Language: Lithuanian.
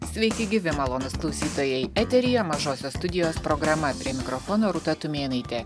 sveiki gyvi malonūs klausytojai eteryje mažosios studijos programa prie mikrofono rūta tumėnaitė